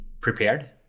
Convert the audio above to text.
prepared